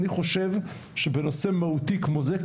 אני חושב שבנושא מהותי כמו זה,